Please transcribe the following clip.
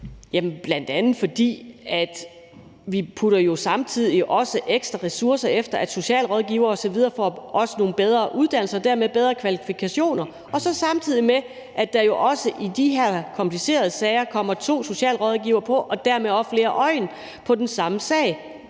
Tak for det. Bl.a. putter vi samtidig ekstra ressourcer i, at socialrådgivere osv. også får nogle bedre uddannelser og dermed bedre kvalifikationer, samtidig med at der jo også i de her komplicerede sager kommer to socialrådgivere på og dermed også flere øjne på den samme sag,